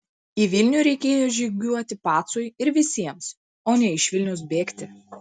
į vilnių reikėjo žygiuoti pacui ir visiems o ne iš vilniaus bėgti